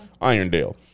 Irondale